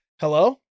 hello